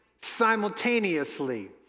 simultaneously